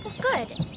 Good